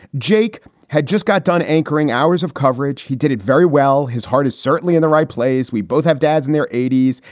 jake had just got done anchoring hours of coverage. he did it very well. his heart is certainly in the right place. we both have dads in their eighty s.